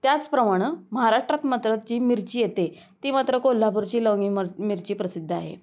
त्याचप्रमाण महाराष्ट्रात मात्र त जी मिरची येते ती मात्र कोल्हापूरची लवंगी म मिरची प्रसिद्ध आहे